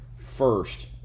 first